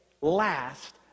last